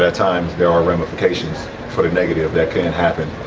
at times there are ramifications for the negative that can happen